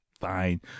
fine